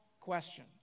question